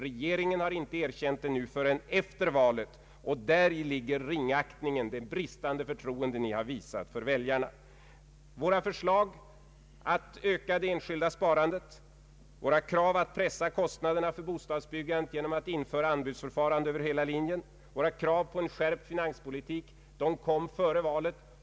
Regeringen har inte erkänt det förrän efter valet, och däri ligger den ringaktning och det bristande förtroende ni har visat för väljarna. Våra förslag att öka det enskilda sparandet, våra krav att pressa kostnaderna för bostadsbyggandet genom att införa anbudsförfarande över hela linjen, våra krav på en skärpt finanspolitik, de kom före valet.